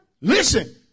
Listen